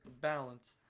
balance